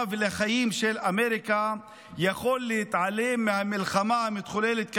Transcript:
ולחיים של אמריקה לא יכול להתעלם מהמלחמה המתחוללת כיום.